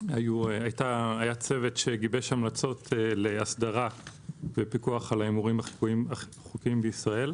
היה צוות שגיבש המלצות להסדרה ולפיקוח על ההימורים החוקיים בישראל.